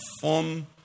form